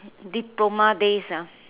diploma days ah